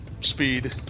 speed